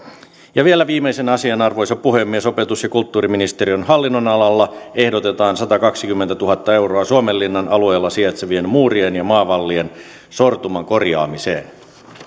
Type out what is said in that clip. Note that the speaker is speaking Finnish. ja vielä viimeisen asiaan arvoisa puhemies opetus ja kulttuuriministeriön hallin nonalalla ehdotetaan sataakahtakymmentätuhatta euroa suomenlinnan alueella sijaitsevien muurien ja maavallien sortuman korjaamiseen